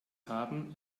haben